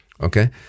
Okay